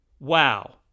wow